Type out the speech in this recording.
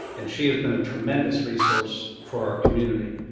and she has been a tremendous resource for our community.